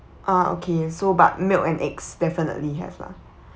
ah okay so but milk and eggs definitely have lah